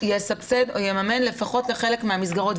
יסבסד או יממן לפחות לחלק מהמסגרות.